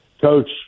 coach